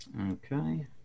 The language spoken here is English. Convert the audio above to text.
Okay